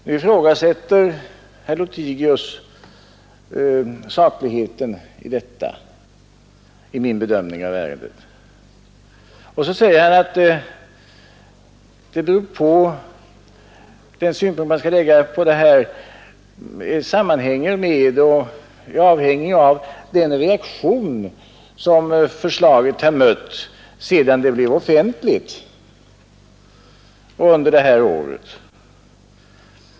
Nu ifrågasätter herr Lothigius sakligheten i min bedömning av ärendet och säger att den synpunkt man skall lägga på detta sammanhänger med och är avhängig av den reaktion som förslaget har mött sedan det blev offentligt under detta år.